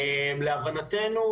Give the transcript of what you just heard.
לאבחנתנו,